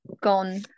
gone